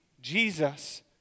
Jesus